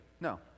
No